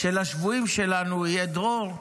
שנזכה שלשבויים שלנו יהיה דרור,